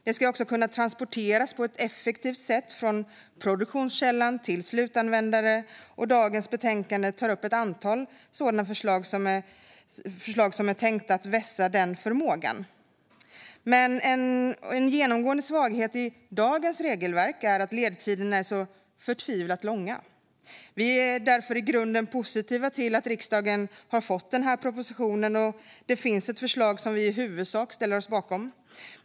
Den ska ju också kunna transporteras på ett effektivt sätt från produktionskällan till slutanvändare, och dagens betänkande tar upp ett antal förslag som är tänkta att vässa den förmågan. En genomgående svaghet i dagens regelverk är att ledtiderna är så förtvivlat långa. Vi är därför i grunden positiva till propositionen, och det finns ett förslag som vi i huvudsak ställer oss bakom.